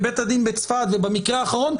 בבית הדין בצפת ובמקרה האחרון,